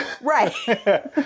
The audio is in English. Right